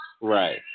Right